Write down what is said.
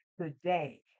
today